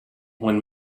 when